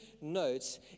notes